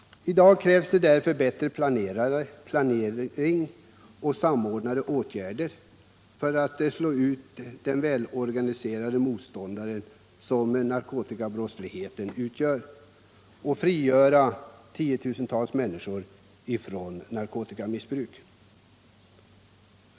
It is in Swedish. I dag krävs det därför bättre planering och samordnade åtgärder för att slå ut den välorganiserade motståndare som narkotikabrottsligheten utgör och frigöra tiotusentals människor från narkotikamissbruk.